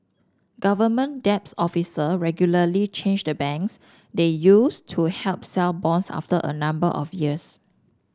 government officer regularly change the banks they use to help sell bonds after a number of years